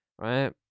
Right